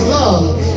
love